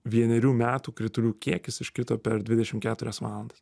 vienerių metų kritulių kiekis iškrito per dvidešim keturias valandas